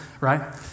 right